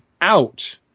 out